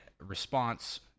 response